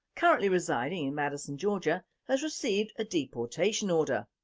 currently residing in madison, georgia, has received a deportation order,